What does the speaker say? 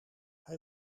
hij